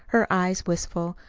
her eyes wistful,